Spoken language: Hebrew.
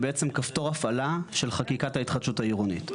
בעצם כפתור הפעלה של חקיקת ההתחדשות העירונית,